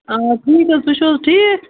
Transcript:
آ ٹھیٖک حظ تُہۍ چھُو حظ ٹھیٖک